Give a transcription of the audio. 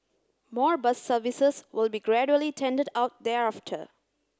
more bus services will be gradually tendered out thereafter